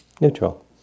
Neutral